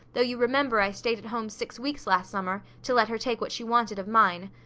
though you remember i stayed at home six weeks last summer to let her take what she wanted of mine.